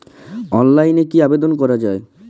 অনলাইনে কি আবেদন করা য়ায়?